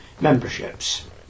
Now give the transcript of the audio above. memberships